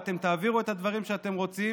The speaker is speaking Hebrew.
ואתם תעבירו את הדברים שאתם רוצים,